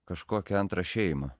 kažkokią antrą šeimą